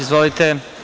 Izvolite.